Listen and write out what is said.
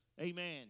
amen